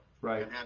Right